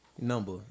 number